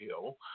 Hill